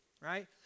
right